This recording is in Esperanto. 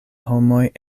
homoj